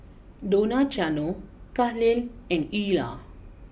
Donaciano Kahlil and Eulah